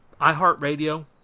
iHeartRadio